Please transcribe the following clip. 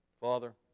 Father